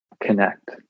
connect